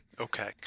Okay